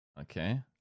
Okay